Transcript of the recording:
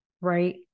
right